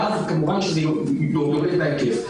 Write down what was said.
ואז כמובן שזה יוריד מההיקף.